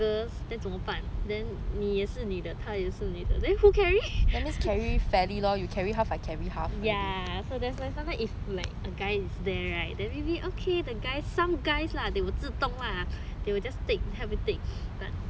then 这么办你也是女的他也是女的 then who carry ya so there's why sometime it's like if a guy is there right then maybe okay the guy some guys lah they will 自动 lah they will just help you take but